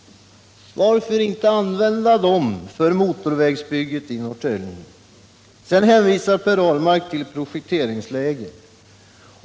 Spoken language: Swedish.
Varför inte använda dem för motorvägsbyggen i Norrtälje? Sedan hänvisar Per Ahlmark till projekteringsläget.